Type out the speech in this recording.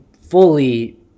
fully